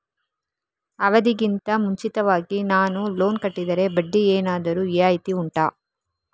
ಅವಧಿ ಗಿಂತ ಮುಂಚಿತವಾಗಿ ನಾನು ಲೋನ್ ಕಟ್ಟಿದರೆ ಬಡ್ಡಿ ಏನಾದರೂ ರಿಯಾಯಿತಿ ಉಂಟಾ